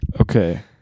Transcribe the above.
Okay